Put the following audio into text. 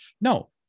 no